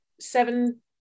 seven